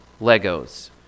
Legos